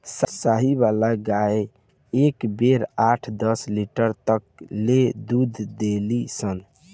साहीवाल गाय एक बेरा आठ दस लीटर तक ले दूध देली सन